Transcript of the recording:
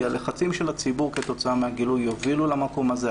כי הלחצים של הציבור כתוצאה מהגילוי יובילו למקום הזה.